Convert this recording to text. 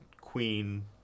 queen